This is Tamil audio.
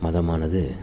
மதமானது